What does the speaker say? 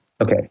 Okay